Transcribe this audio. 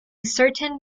certain